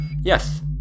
Yes